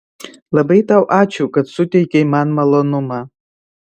labai tau ačiū kad suteikei man malonumą